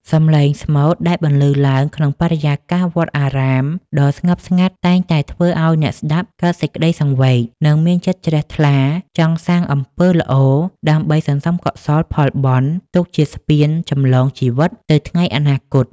សម្លេងស្មូតដែលបន្លឺឡើងក្នុងបរិយាកាសវត្តអារាមដ៏ស្ងប់ស្ងាត់ តែងតែធ្វើឱ្យអ្នកស្ដាប់កើតសេចក្តីសង្វេគ និងមានចិត្តជ្រះថ្លាចង់សាងអំពើល្អដើម្បីសន្សំកុសលផលបុណ្យទុកជាស្ពានចម្លងជីវិតទៅថ្ងៃអនាគត។